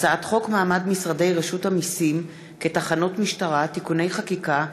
הצעת חוק מעמד משרדי רשות המסים כתחנות משטרה (תיקוני חקיקה),